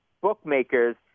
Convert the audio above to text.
bookmakers